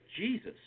Jesus